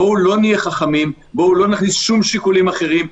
בואו לא נהיה חכמים, בואו לא נכניס שיקולים אחרים.